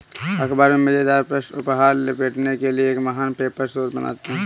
अख़बार में मज़ेदार पृष्ठ उपहार लपेटने के लिए एक महान पेपर स्रोत बनाते हैं